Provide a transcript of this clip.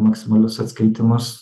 maksimalius atskaitymus